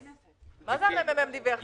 --- מה זה "מרכז המחקר והמידע דיווח"?